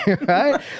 right